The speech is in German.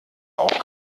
auch